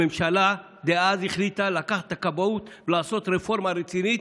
הממשלה דאז החליטה לקחת את הכבאות ולעשות רפורמה רצינית,